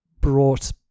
brought